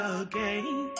again